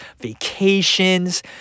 vacations